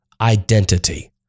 identity